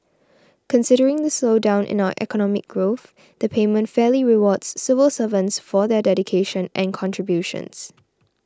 considering the slowdown in our economic growth the payment fairly rewards civil servants for their dedication and contributions